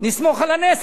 נסמוך על הנס,